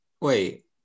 wait